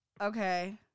Okay